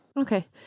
okay